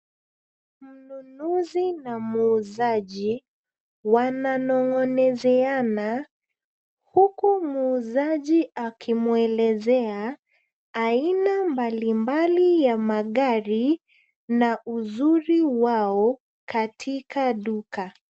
Mnunuzi na muuzaji, wananong'onezeana huku muuzaji akimwelezea aina mbalimbali ya magari na uzuri wao katika duka.